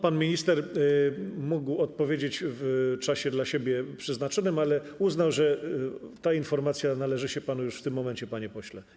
Pan minister mógł odpowiedzieć w czasie dla siebie przeznaczonym, ale uznał, że ta informacja należy się panu już w tym momencie, panie pośle.